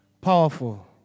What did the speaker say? Powerful